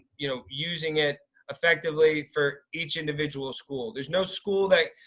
you know, using it effectively for each individual school. there's no school that